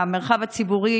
במרחב הציבורי,